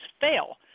fail